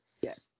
Yes